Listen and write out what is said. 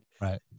right